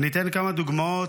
ואני אתן כמה דוגמאות